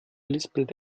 lispelt